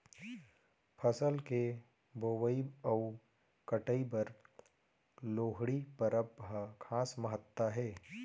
फसल के बोवई अउ कटई बर लोहड़ी परब ह खास महत्ता हे